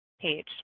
page